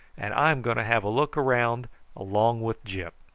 and i'm going to have a look round along with gyp.